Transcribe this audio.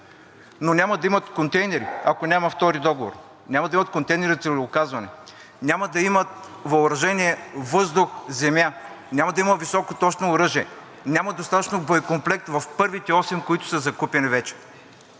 но няма да имат контейнери, ако няма втори договор. Няма да имат контейнери за целеуказване, няма да имат въоръжение въздух – земя, няма да имат високоточно оръжие. Няма достатъчно боекомплект за първите осем, които са закупени вече